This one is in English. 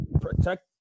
protect